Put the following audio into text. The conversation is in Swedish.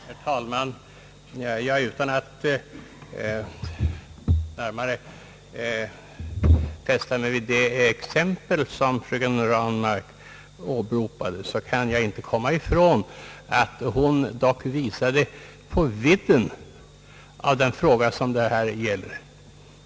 Herr talman! Utan att närmare fästa mig vid detaljerna i det exempel, som fröken Ranmark åberopade, kan jag inte komma ifrån att hon dock visade på vidden av den fråga det här gäller.